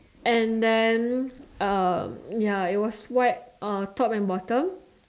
and then um ya it was white uh top and bottom